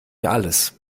alles